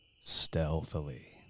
stealthily